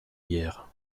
guerre